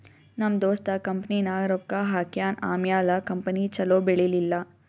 ನಮ್ ದೋಸ್ತ ಕಂಪನಿನಾಗ್ ರೊಕ್ಕಾ ಹಾಕ್ಯಾನ್ ಆಮ್ಯಾಲ ಕಂಪನಿ ಛಲೋ ಬೆಳೀಲಿಲ್ಲ